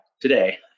today